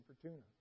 Fortuna